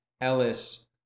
Ellis